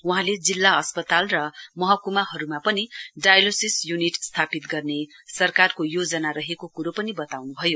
वहाँले जिल्ला अस्पताल र महक्माहरूमा पनि डायलोसिस युनिट स्थापित गर्ने सरकारको योजना रहेको कुरो पनि बताउन्भयो